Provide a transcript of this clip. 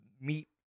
meet